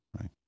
right